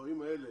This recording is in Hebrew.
שהדברים האלה,